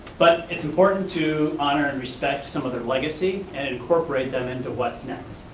but it's important to honor and respect some of their legacy and incorporate them into what's next.